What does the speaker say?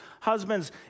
Husbands